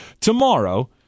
tomorrow